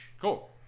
Cool